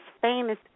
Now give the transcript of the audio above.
famous